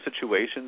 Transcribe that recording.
situations